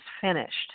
finished